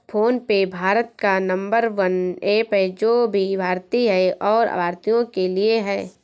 phone पे भारत का number one app है जो की भारतीय है और भारतीयों के लिए है